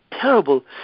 terrible